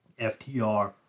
FTR